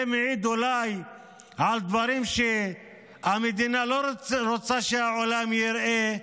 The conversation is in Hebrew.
זה אולי מעיד על דברים שהמדינה לא רוצה שהעולם יראה,